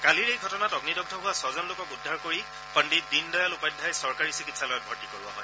কালিৰ এই ঘটনাত অগ্নিদগ্ধ হোৱা ছজন লোকক উদ্ধাৰ কৰি পণ্ডিত দীনদয়াল উপাধ্যায় চৰকাৰী চিকিৎসালয়ত ভৰ্তি কৰোৱা হয়